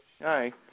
Hi